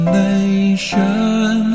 nation